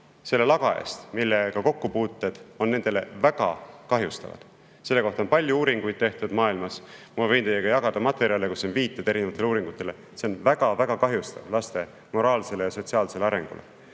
selle laga eest, millega kokkupuuted on nendele väga kahjustavad. Selle kohta on maailmas palju uuringuid tehtud. Ma võin teiega jagada materjale, kus on viited erinevatele uuringutele. See on väga-väga kahjustav laste moraalsele ja sotsiaalsele arengule.